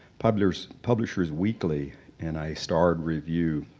publishers publishers weekly in a starred review,